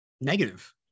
Negative